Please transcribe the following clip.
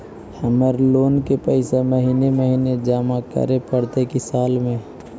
हमर लोन के पैसा महिने महिने जमा करे पड़तै कि साल में?